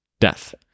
death